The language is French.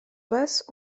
basses